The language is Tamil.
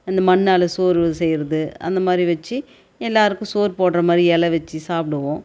இந்த மண்ணால் சோறு செய்கிறது அந்த மாதிரி வச்சு எல்லோருக்கும் சோறு போடுற மாதிரி எலை வச்சு சாப்பிடுவோம்